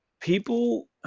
people